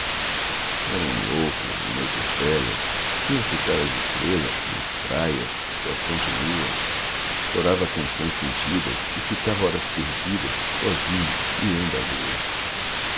era um louco em noites belas vinha fitar as estrelas nas praias coa fronte nua chorava canções sentidas e ficava horas perdidas sozinho mirando a lua